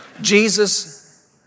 Jesus